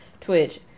twitch